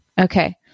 Okay